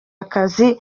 akazi